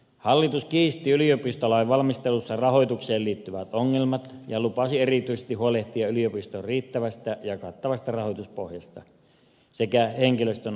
hallitus kiisti yliopistolain valmistelussa rahoitukseen liittyvät ongelmat ja lupasi erityisesti huolehtia yliopistojen riittävästä ja kattavasta rahoituspohjasta sekä henkilöstön asemasta